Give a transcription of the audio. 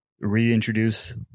reintroduce